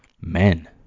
men